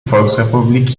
volksrepublik